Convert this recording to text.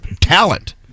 talent